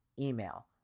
email